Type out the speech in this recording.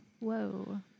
Whoa